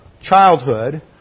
childhood